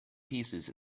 pieces